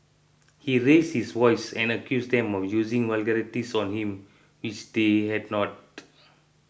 he raised his voice and accused them of using vulgarities on him which they had not